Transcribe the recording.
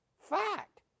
Fact